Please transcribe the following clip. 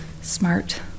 smart